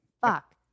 fuck